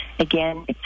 Again